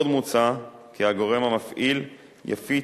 עוד מוצע כי הגורם המפעיל יפיץ,